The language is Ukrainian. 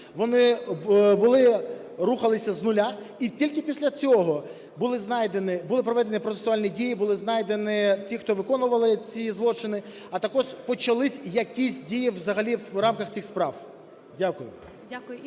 були… рухалися з нуля. І тільки після цього були знайдені, були проведені процесуальні дії, були знайдені ті, хто виконували ці злочини, а також почались якісь дії взагалі в рамках цих справ. Дякую.